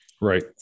Right